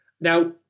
Now